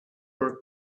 were